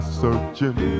searching